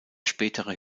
spätere